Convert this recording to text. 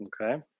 Okay